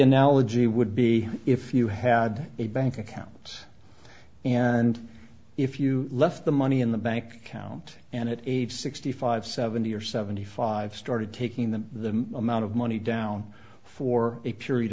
analogy would be if you had a bank account and if you left the money in the bank account and it aged sixty five seventy or seventy five started taking the amount of money down for a period